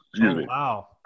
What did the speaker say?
Wow